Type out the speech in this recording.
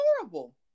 horrible